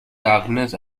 darkness